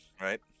right